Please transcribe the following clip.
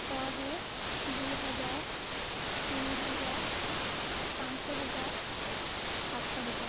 ଶହେ ଦୁଇହଜାର ତିନିହଜାର ପାଞ୍ଚ ହଜାର ସାତ ହଜାର